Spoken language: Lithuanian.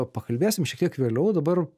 pakalbėsim šiek tiek vėliau dabar